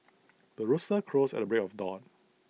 the rooster crows at the break of dawn